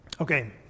Okay